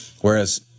Whereas